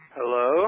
Hello